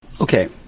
Okay